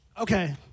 Okay